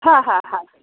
হ্যাঁ হ্যাঁ হ্যাঁ